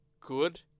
good